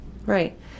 right